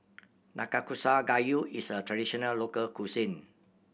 Nanakusa Gayu is a traditional local cuisine